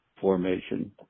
formation